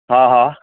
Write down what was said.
हा हा